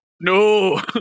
No